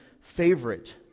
favorite